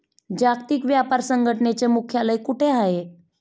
जागतिक व्यापार संघटनेचे मुख्यालय कुठे आहे?